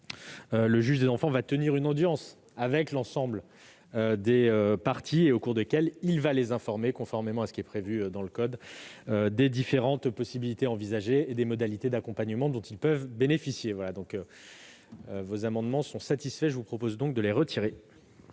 le juge des enfants tiendra une audience avec l'ensemble des parties, au cours de laquelle il les informera, conformément à ce qui est prévu dans le code, des différentes possibilités envisagées et des modalités d'accompagnement dont elles peuvent bénéficier. Ces amendements étant satisfaits, j'en demande le retrait.